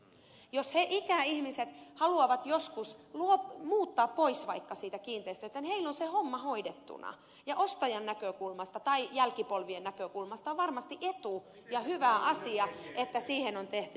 jos ikäihmiset haluavat joskus vaikka muuttaa pois siitä kiinteistöstä niin heillä on se homma hoidettuna ja ostajan näkökulmasta tai jälkipolvien näkökulmasta on varmasti etu ja hyvä asia että se on tehty